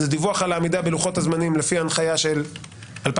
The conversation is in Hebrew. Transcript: זה דיווח על עמידה בלוחות הזמנים לפי ההנחיה של 2010?